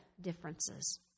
differences